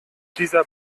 dieser